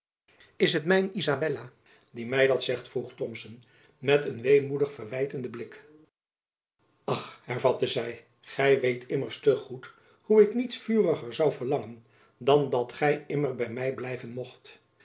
is het izabella die my dat zegt vroeg thomson met een weemoedig verwijtenden blik ach hervatte zy gy weet immers te goed hoe ik niets vuriger zoû verlangen dan dat gy immer by my blijven mocht